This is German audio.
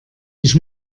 ich